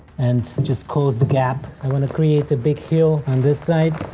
and just close the gap. i wanna create a big hill on this side.